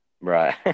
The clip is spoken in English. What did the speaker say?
Right